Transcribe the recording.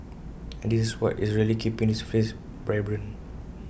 and this is what is really keeping this place vibrant